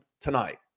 tonight